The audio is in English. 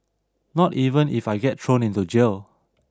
not even if I get thrown into jail